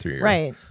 right